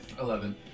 Eleven